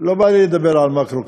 לא בא לי לדבר על מקרו-כלכלה.